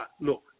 look